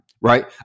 right